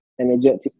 energetic